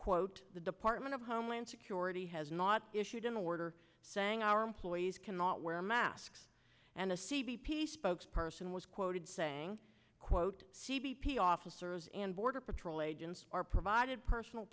quote the department of homeland security has not issued an order saying our employees cannot wear masks and the c b p spokes person was quoted saying quote c b p officers and border patrol agents are provided personal